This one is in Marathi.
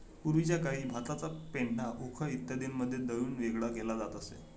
पूर्वीच्या काळी भाताचा पेंढा उखळ इत्यादींमध्ये दळून वेगळा केला जात असे